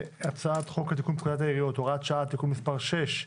בהצעת חוק לתיקון פקודת העיריות (הוראת שעה) (תיקון מס' 6),